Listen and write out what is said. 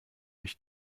ich